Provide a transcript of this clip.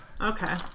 Okay